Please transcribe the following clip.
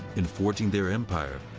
in forging their empire,